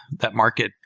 that market.